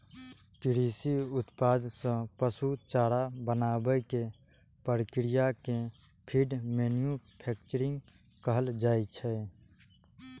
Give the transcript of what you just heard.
कृषि उत्पाद सं पशु चारा बनाबै के प्रक्रिया कें फीड मैन्यूफैक्चरिंग कहल जाइ छै